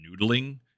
noodling